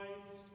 Christ